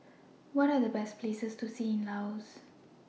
What Are The Best Places to See in Laos